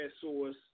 Source